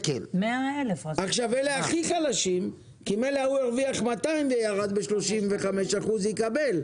אלה הכי חלשים כי הוא הרוויח 200,000 ₪ וירד ב-35% יקבל,